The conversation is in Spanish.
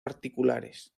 particulares